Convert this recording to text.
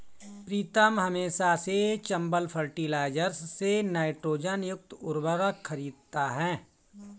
प्रीतम हमेशा से चंबल फर्टिलाइजर्स से नाइट्रोजन युक्त उर्वरक खरीदता हैं